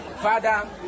Father